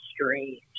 strange